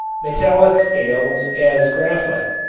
metallic scales as graphite,